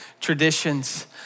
traditions